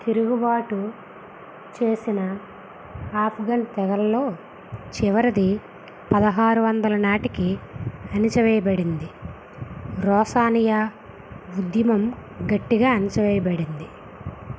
తిరుగుబాటు చేసిన ఆఫ్గన్ తెగల్లో చివరిది పదహారు వందలు నాటికి అణచివేయబడింది రోషానియా ఉద్యమం గట్టిగా అణచివేయబడింది